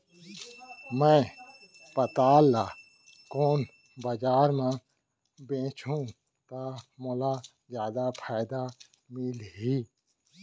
मैं पताल ल कोन बजार म बेचहुँ त मोला जादा फायदा मिलही?